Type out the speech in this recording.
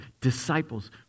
disciples